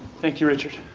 thank you richard.